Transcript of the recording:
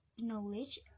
knowledge